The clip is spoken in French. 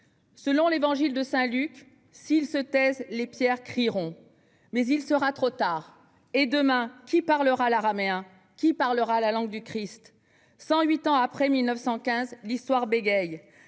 Selon l'Évangile de Saint-Luc, « s'ils se taisent, les pierres crieront ». Mais il sera trop tard. Et demain, qui parlera l'araméen ? Qui parlera la langue du Christ ? Cent huit ans après 1915, l'histoire bégaie.